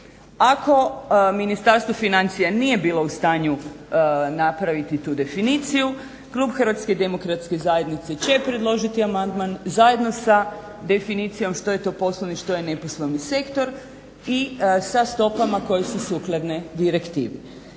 Ako Ministarstvo financija nije bilo u stanju napraviti tu definiciju klub HDZ-a će predložiti amandman zajedno sa definicijom što je to poslovni, što je neposlovni sektor i sa stopama koje su sukladne direktivi.